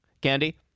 Candy